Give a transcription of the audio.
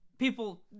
People